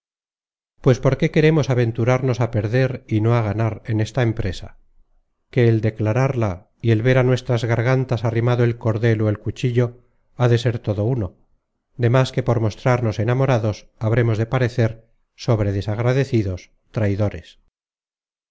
pues por qué queremos aventurarnos á perder y no á ganar en esta empresa que el declararla y el ver á nuestras gargantas arrimado el cordel ó el cuchillo ha de ser todo uno demas que por mostrarnos enamorados habremos de parecer sobre desagradecidos traidores